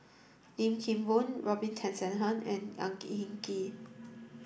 Lim Kim Boon Robin Tessensohn and Ang Hin Kee